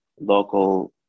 local